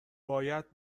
باید